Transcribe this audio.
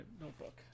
notebook